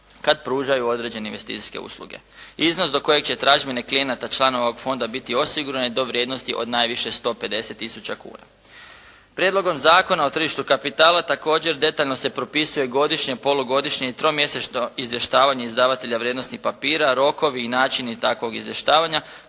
kad pružaju određene investicijske usluge. Iznos do kojeg će tražbine klijenata članova ovog fonda biti osigurane do vrijednosti od najviše 150000 kuna. Prijedlogom zakona o tržištu kapitala također detaljno se propisuje godišnje, polugodišnje i tromjesečno izvještavanje izdavatelja vrijednosnih papira, rokovi i načini takvog izvještavanja,